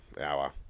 hour